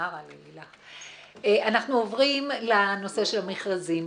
אנחנו עוברים לנושא של המכרזים.